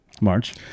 March